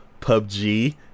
PUBG